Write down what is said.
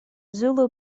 zulu